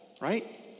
right